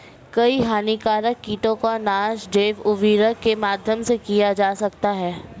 कई हानिकारक कीटों का नाश जैव उर्वरक के माध्यम से किया जा सकता है